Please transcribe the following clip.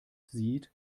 sieht